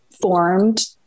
formed